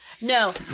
No